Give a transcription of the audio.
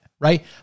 Right